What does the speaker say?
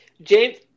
James